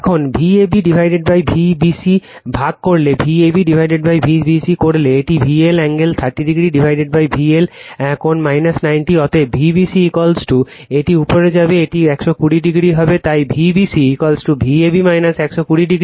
এখন VabVbc ভাগ করলে VabVbc করলে এটি VL কোণ 30 VL কোণ 90 অতএব Vbc এটি উপরে যাবে এটি 120o হবে তাই Vbc Vab 120o